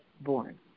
born